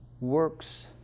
Works